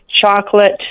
chocolate